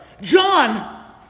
John